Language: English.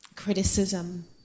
Criticism